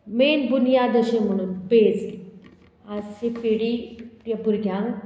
main बुनयाद अशें म्हणून पेज आजची पिडी ह्या भुरग्यांक